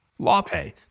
LawPay